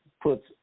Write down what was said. puts